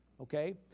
Okay